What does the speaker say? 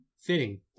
Fitting